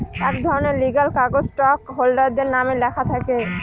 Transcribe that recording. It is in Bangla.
এক ধরনের লিগ্যাল কাগজ স্টক হোল্ডারদের নামে লেখা থাকে